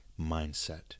mindset